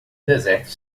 deserto